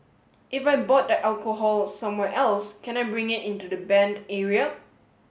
if I bought the alcohol somewhere else can I bring it into the banned area